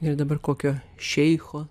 ir dabar kokio šeicho